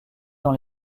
dans